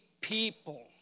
people